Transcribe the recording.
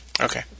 Okay